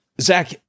Zach